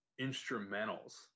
instrumentals